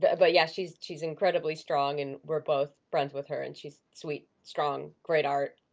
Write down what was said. ah but yeah, she's she's incredibly strong and we're both friends with her and she's sweet, strong, great art.